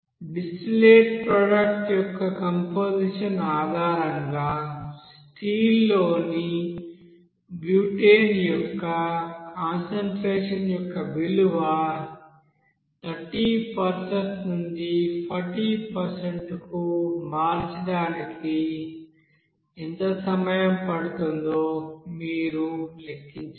distillate product యొక్క composition ఆధారంగా still లోని బ్యూటేన్ యొక్క కాన్సంట్రేషన్ యొక్క విలువ 30 నుండి 40 కు మార్చడానికి ఎంత సమయం పడుతుందో మీరు లెక్కించాలి